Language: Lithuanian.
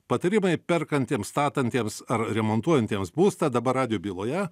patarimai perkantiems statantiems ar remontuojantiems būstą dabar radijo byloje